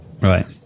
Right